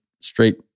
straight